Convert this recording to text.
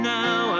now